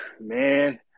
Man